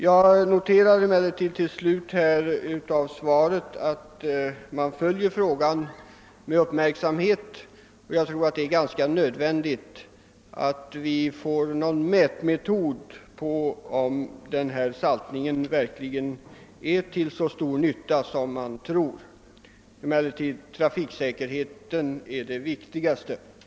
Jag noterar av svaret att man följer den fråga jag här väckt med uppmärksamhet, och det är bra eftersom jag bl.a. anser det vara nödvändigt att vi får en mätmetod som talar om för oss om saltningen verkligen är till den stora nytta för trafiksäkerheten som man i dag tror. Jag ber än en gång att få tacka för svaret.